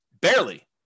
Barely